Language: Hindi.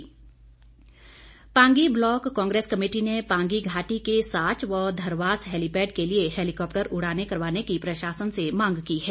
मांग पांगी ब्लॉक कांग्रेस कमेटी ने पांगी घाटी के साच व धरवास हेलिपैड के लिए हेलिकॉप्टर उड़ाने करवाने की प्रशासन से मांग की है